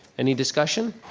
any discussion?